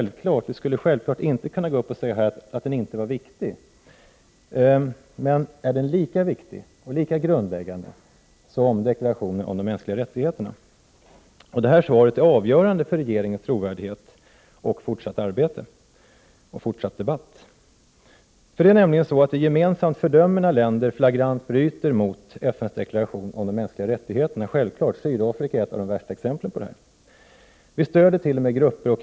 Undertecknarna hävdar också att ”då de naturliga ekologiska systemen skövlas genom en överdriven konsumtion och misshushållning av naturresurser ——-— leder detta till sammanbrott för hela den mänskliga civilisationens ekonomiska, sociala och politiska grundvalar”.